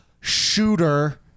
shooter